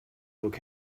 look